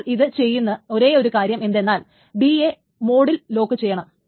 അപ്പോൾ ഇത് ചെയ്യുന്ന ഒരേയൊരു കാര്യം എന്തെന്നാൽ d യെ മോഡിൽ ലോക്ക് ചെയ്യുന്നു